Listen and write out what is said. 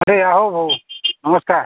अरे या हो भाऊ नमस्कार